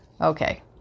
okay